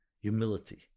humility